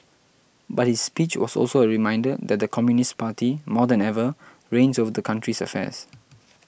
but his speech was also a reminder that the Communist Party more than ever reigns over the country's affairs